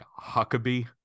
Huckabee